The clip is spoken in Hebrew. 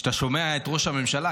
אתה שומע את ראש הממשלה,